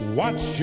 watch